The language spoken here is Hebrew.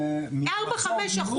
סדר גודל של 4%-5%.